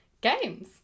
games